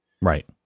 Right